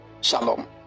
Shalom